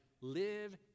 live